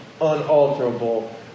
unalterable